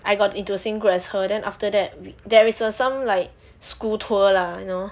I got into same group as her then after that we there is a some like school tour lah you know